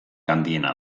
handiena